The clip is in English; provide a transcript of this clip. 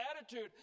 attitude